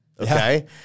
Okay